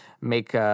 make